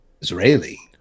Israeli